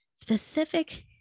specific